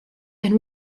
and